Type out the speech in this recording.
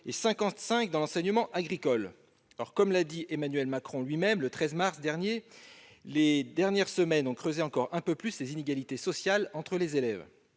de 55 dans l'enseignement agricole. Comme l'a lui-même dit Emmanuel Macron le 13 mars dernier, les dernières semaines ont creusé encore un peu plus les inégalités sociales entre les élèves.